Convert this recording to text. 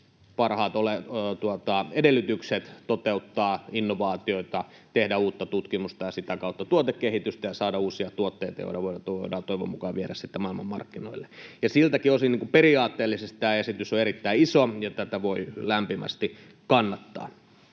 parhaat edellytykset toteuttaa innovaatioita, tehdä uutta tutkimusta ja sitä kautta tuotekehitystä ja saada uusia tuotteita, joita voidaan toivon mukaan viedä sitten maailmanmarkkinoille. Siltäkin osin tämä esitys on periaatteellisesti erittäin iso, ja tätä voi lämpimästi kannattaa.